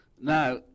Now